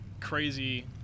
crazy